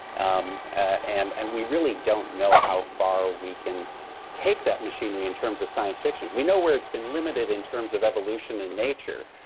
um ah and and we really don't know how far we can take that machinery in terms of science fiction. we know where it's been limited in terms of evolution in nature